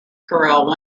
corel